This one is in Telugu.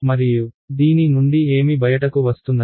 మరియు దీని నుండి ఏమి బయటకు వస్తున్నది